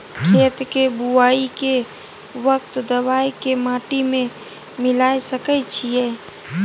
खेत के बुआई के वक्त दबाय के माटी में मिलाय सके छिये?